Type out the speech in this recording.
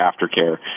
aftercare